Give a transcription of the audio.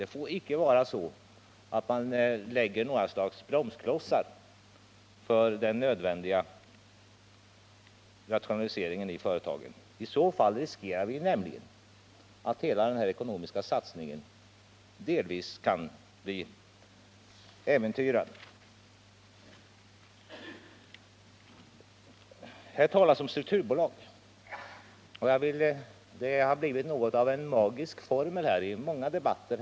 Det får icke vara så att man lägger några bromsklossar för den nödvändiga rationaliseringen i företagen. I så fall riskerar vi nämligen att den här ekonomiska satsningen äventyras. Här talas om strukturbolag. Det har blivit något av en magisk formel i många debatter.